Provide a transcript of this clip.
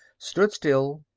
stood still,